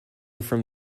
from